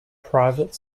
private